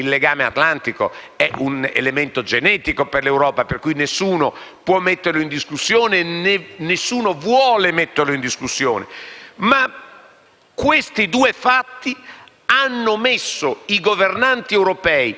nessuno può mettere in discussione e infatti nessuno vuole metterlo in discussione). Questi due fatti hanno messo i governanti europei e le opinioni pubbliche europee davanti alle proprie responsabilità.